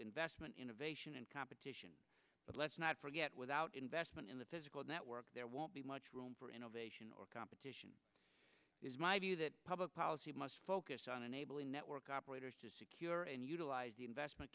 investment innovation and competition but let's not forget without investment in the physical network there won't be much room for innovation or competition is my view that public policy must focus on enabling network operators to secure and utilize the investment